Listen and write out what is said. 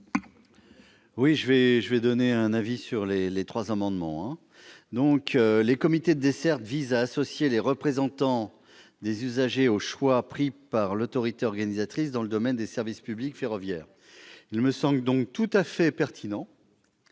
Quel est l'avis de la commission ? Les comités de suivi des dessertes visent à associer les représentants des usagers aux choix pris par l'autorité organisatrice dans le domaine des services publics ferroviaires. Il me semble donc tout à fait pertinent